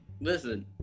Listen